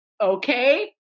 okay